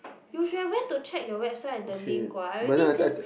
you should have went to check the website the link what I already sent